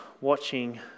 watching